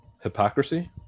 Hypocrisy